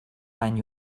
bany